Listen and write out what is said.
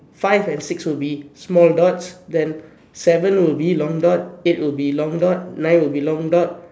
five and six will be small dots then seven will be long dot eight will be long dot nine will be long dot